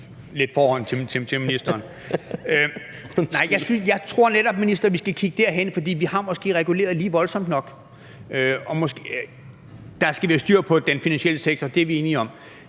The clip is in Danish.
tror netop, minister, at vi skal kigge derhen, for vi har måske reguleret lige voldsomt nok. Vi skal have styr på den finansielle sektor, det er vi enige om,